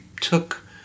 took